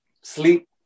sleep